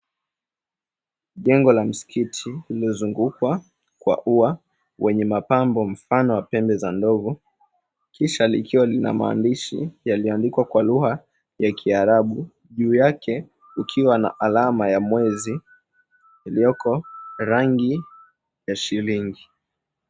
Jengo la msikiti lilizungukwa kwa ua wenye mapambo mfano wa pembe za ndovu. Kisha likiwa lina maandishi yaliandikwa kwa lugha ya Kiarabu, juu yake ukiwa na alama ya mwezi, iliyoko rangi ya shilingi.